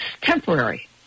temporary